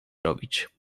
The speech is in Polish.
robić